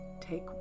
take